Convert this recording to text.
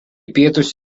pietus